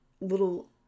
little